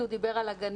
כי הוא דיבר על הגנים.